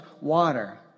water